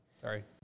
sorry